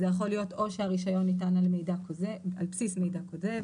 זה יכול להיות או שהרישיון ניתן על בסיס מידע כוזב